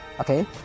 okay